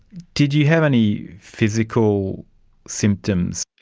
did you have any physical symptoms?